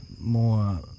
more